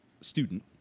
student